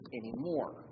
anymore